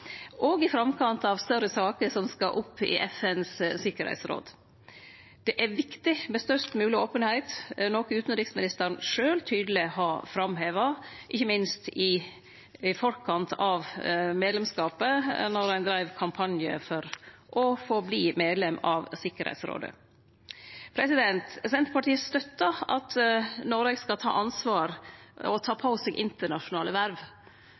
i framkant av større saker som skal opp i FNs tryggingsråd. Det er viktig med størst mogleg openheit, noko utanriksministeren sjølv tydeleg har framheva, ikkje minst i forkant av medlemskapet, når ein dreiv kampanje for å få verte medlem av Tryggingsrådet. Senterpartiet støttar at Noreg skal ta ansvar og ta på seg internasjonale verv.